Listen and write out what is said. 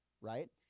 right